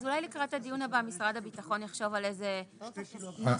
אז אולי לקראת הדיון הבא משרד הביטחון יחשוב על איזה נוסח.